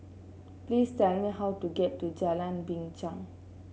please tell me how to get to Jalan Binchang